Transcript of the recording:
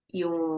yung